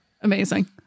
Amazing